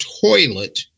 toilet